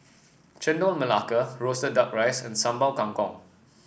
Chendol Melaka roasted duck rice and Sambal Kangkong